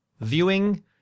viewing